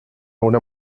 una